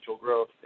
growth